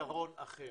פתרון אחר.